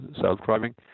self-driving